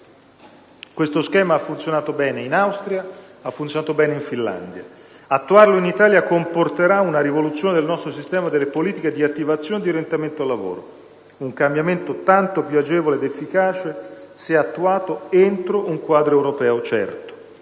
Questo schema ha funzionato bene in Austria e in Finlandia: attuarlo in Italia comporterà una rivoluzione del nostro sistema delle politiche di attivazione e di orientamento al lavoro. Si tratta di un cambiamento tanto più agevole ed efficace, se attuato entro un quadro europeo certo.